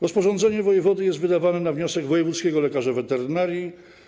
Rozporządzenie wojewody jest wydawane na wniosek wojewódzkiego lekarza weterynarii.